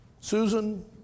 Susan